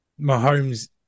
Mahomes